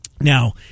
Now